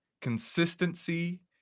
consistency